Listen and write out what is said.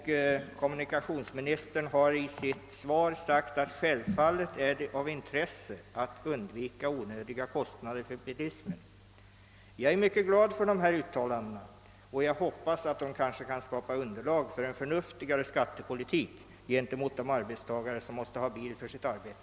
Kommunikationsministern har i sitt svar anfört, att självfallet är det av intresse att undvika onödiga kostnader för bilismen. Jag är mycket glad för dessa uttalanden och hoppas att de kan bidraga till att skapa underlag för en förnuftigare skattepolitik gentemot de arbetstagare som måste ha bil i sitt arbete.